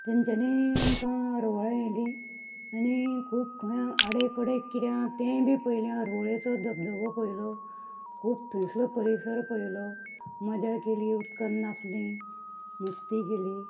तेंच्यांनी आमकां हरवळ्या येली आनी खूब खंय आडे कडे कितें आसा तेंय बी पयलें पयलीं हरवळेचो धबधबो पयलो खूब थंयसलो परिसर पयलो मजा केली उदकान नाचलीं मस्ती केली